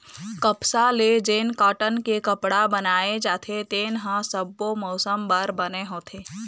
कपसा ले जेन कॉटन के कपड़ा बनाए जाथे तेन ह सब्बो मउसम बर बने होथे